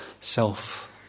self